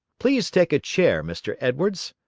please take a chair, mr. edwards,